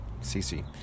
C-C